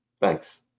thanks